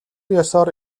ёсоор